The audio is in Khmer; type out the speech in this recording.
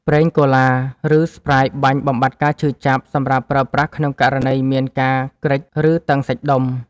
ប្រេងកូឡា ឬស្ព្រាយបាញ់បំបាត់ការឈឺចាប់ សម្រាប់ប្រើប្រាស់ក្នុងករណីមានការគ្រេច ឬតឹងសាច់ដុំ។